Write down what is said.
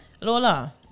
Lola